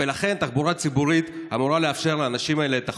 ולכן תחבורה ציבורית אמורה לאפשר לאנשים האלה את החופש.